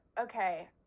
okay